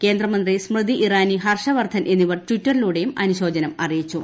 കേന്ദ്രമന്ത്രി സ്മൃതി ഇറാനി ഹർഷവർദ്ധൻ എന്നിവർ ട്വിറ്ററിലൂടെയും അനുശോചനം അറിയിച്ചു